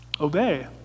Obey